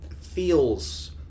feels